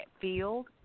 field